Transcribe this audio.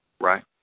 Right